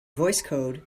voicecode